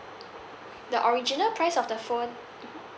the original price of the phone